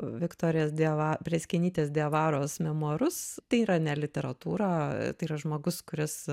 viktorijos dieva prėskienytės dievaros memuarus tai yra ne literatūra tai yra žmogus kuris